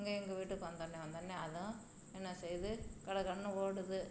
இங்கே எங்கள் வீட்டுக்கு வந்தோன்னே வந்தோன்னே அதுவும் என்ன செய்து கடகடன்னு ஓடுது